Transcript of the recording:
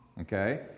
Okay